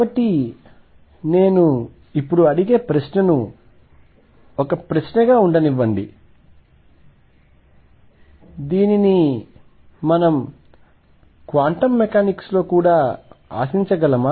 కాబట్టి నేను ఇప్పుడు అడిగే ప్రశ్నను ఒక ప్రశ్నగా ఉండనివ్వండి దీనిని మనం క్వాంటం మెకానిక్స్లో కూడా ఆశించగలమా